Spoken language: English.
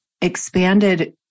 expanded